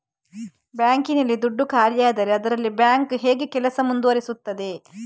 Bank ನಲ್ಲಿ ದುಡ್ಡು ಖಾಲಿಯಾದರೆ ಅದರಲ್ಲಿ ಬ್ಯಾಂಕ್ ಹೇಗೆ ಕೆಲಸ ಮುಂದುವರಿಸುತ್ತದೆ?